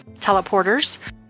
teleporters